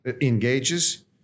engages